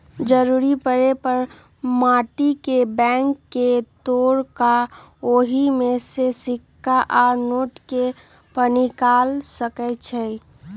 जरूरी परे पर माटी के बैंक के तोड़ कऽ ओहि में से सिक्का आ नोट के पनिकाल सकै छी